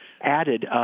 added